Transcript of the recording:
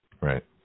Right